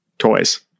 toys